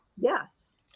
yes